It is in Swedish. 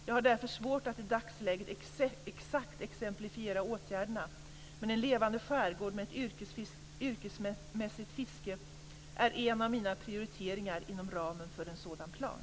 Jag har därför svårt att i dagsläget exakt exemplifiera åtgärderna, men en levande skärgård med ett yrkesmässigt fiske är en av mina prioriteringar inom ramen för en sådan plan.